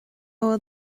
bhfuil